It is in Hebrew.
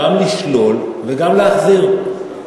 גם לשלול וגם להחזיר.